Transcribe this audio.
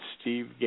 Steve